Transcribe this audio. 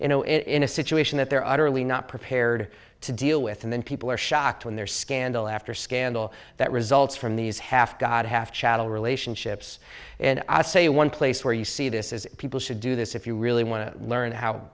them in a situation that they're utterly not prepared to deal with and then people are shocked when they're scandal after scandal that results from these half god half chattel relationships and say why in place where you see this is people should do this if you really want to learn how